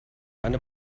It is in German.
eine